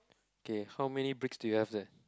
okay how many bricks do you have there